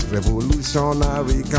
Revolutionary